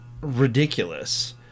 ridiculous